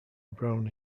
brown